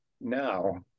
now